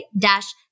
dash